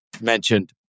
mentioned